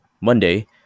monday